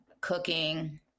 cooking